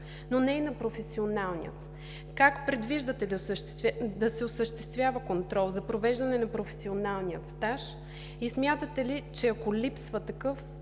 но не и на професионалния. Как предвиждате да се осъществява контрол за провеждане на професионалния стаж и смятате ли, че ако липсва такъв,